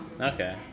Okay